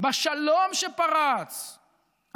בשלום שפרץ,